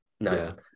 no